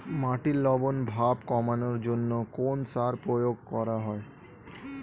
মাটির লবণ ভাব কমানোর জন্য কোন সার প্রয়োগ করা হয়?